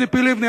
ציפי לבני,